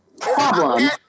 problem